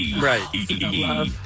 Right